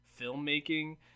filmmaking